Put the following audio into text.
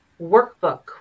workbook